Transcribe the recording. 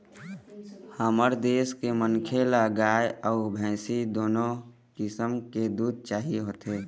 हमर देश के मनखे ल गाय अउ भइसी दुनो किसम के दूद चाही होथे